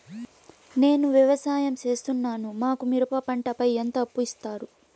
నేను వ్యవసాయం సేస్తున్నాను, మాకు మిరప పంటపై ఎంత అప్పు ఇస్తారు